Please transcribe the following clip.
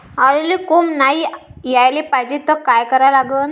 आलूले कोंब नाई याले पायजे त का करा लागन?